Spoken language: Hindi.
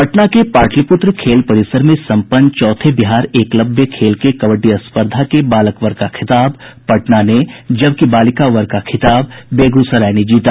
पटना के पाटलिपुत्र खेल परिसर में संपन्न चौथे बिहार एकलव्य खेल के कबड्डी स्पर्धा के बालक वर्ग का खिताब पटना ने जबकि बालिका वर्ग का खिताब बेगूसराय ने जीता